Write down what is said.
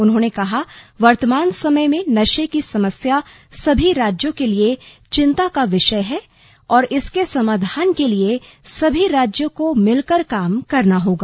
उन्होंने कहा वर्तमान समय में नशे की समस्या सभी राज्यों के लिए चिंता का विषय है और इसके समाधान के लिए सभी राज्यों को मिलकर काम करना होगा